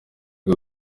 rwo